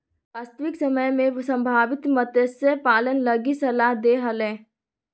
वास्तविक समय में संभावित मत्स्य पालन लगी सलाह दे हले